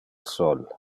sol